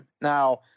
now